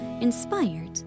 inspired